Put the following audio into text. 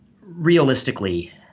Realistically